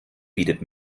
bietet